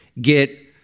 get